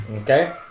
Okay